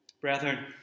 Brethren